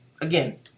again